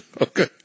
Okay